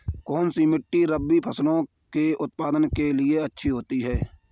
कौनसी मिट्टी रबी फसलों के उत्पादन के लिए अच्छी होती है?